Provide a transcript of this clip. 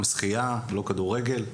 אמנם שחיה, לא כדורגל.